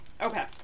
okay